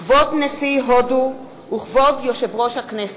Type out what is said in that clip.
כבוד נשיא הודו! וכבוד יושב-ראש הכנסת!